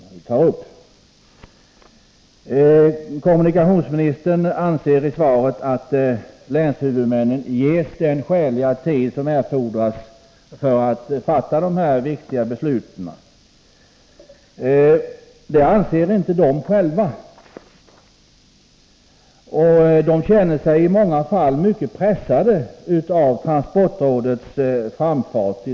Av svaret framgår att kommunikationsministern anser att länshuvudmännen ges skälig tid för att fatta dessa viktiga beslut. Det anser de inte själva. De känner sig i många fall mycket pressade av transportrådets framfart.